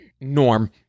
Norm